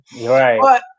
right